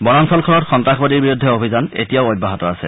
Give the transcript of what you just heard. বনাঞ্চলখনত সন্নাসবাদীৰ বিৰুদ্ধে অভিযান এতিয়াও অব্যাহত আছে